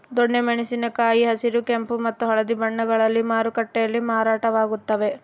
ದೊಣ್ಣೆ ಮೆಣಸಿನ ಕಾಯಿ ಹಸಿರು ಕೆಂಪು ಮತ್ತು ಹಳದಿ ಬಣ್ಣಗಳಲ್ಲಿ ಮಾರುಕಟ್ಟೆಯಲ್ಲಿ ಮಾರಾಟವಾಗುತ್ತವೆ